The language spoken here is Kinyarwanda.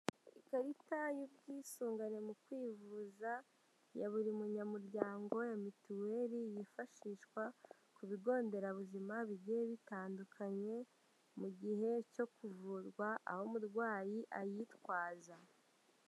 Ikarita y'ubwisungane mu kwivuza ya buri munyamuryango ya mituweli, yifashishwa ku bigo nderabuzima bigiye bitandukanye mu gihe cyo kuvurwa aho umurwayi ayitwaza.